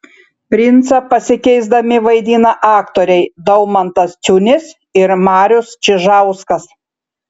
princą pasikeisdami vaidina aktoriai daumantas ciunis ir marius čižauskas